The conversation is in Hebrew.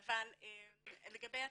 לגבי התקציב,